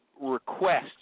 requests